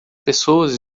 pessoas